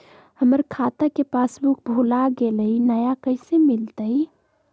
हमर खाता के पासबुक भुला गेलई, नया कैसे मिलतई?